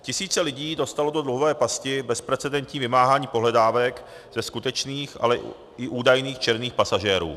Tisíce lidí dostalo do sluhové pasti bezprecedentní vymáhání pohledávek ze skutečných, ale i údajných černých pasažérů.